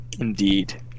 Indeed